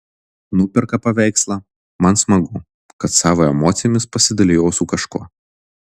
nuperka paveikslą man smagu kad savo emocijomis pasidalijau su kažkuo